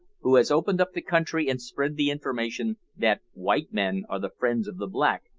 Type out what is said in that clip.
who has opened up the country and spread the information that white men are the friends of the black,